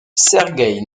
sergueï